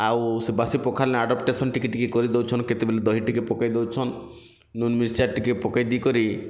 ଆଉ ସେ ବାସି ପଖାଲ୍ ଆଡ଼ପ୍ଟଟେସନ୍ ଟିକେ ଟିକେ କରି ଦଉଛନ୍ କେତେବଳେ ଦହି ଟିକେ ପକେଇ ଦଉଛନ୍ ନୁନ୍ ମିର୍ଚା ଟିକେ ପକେଇ ଦେଇ କରି